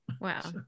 Wow